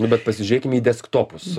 nu bet pasižiūrėkim į desktopus